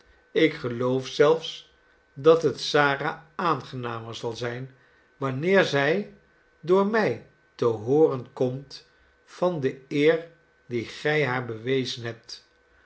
ik geloof zelfs dat het sara aangenamer zal zijn wanneer zij door mij te hboren komt van de eer die gij haar bewezen hebt